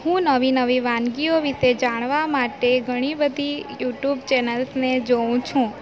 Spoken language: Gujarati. હું નવી નવી વાનગીઓ વિશે જાણવા માટે ઘણી બધી યૂટ્યૂબ ચેનલને જોઉં છું